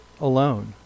alone